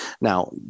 Now